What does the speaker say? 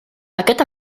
aquest